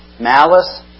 malice